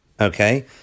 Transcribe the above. okay